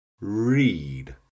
read